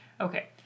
Okay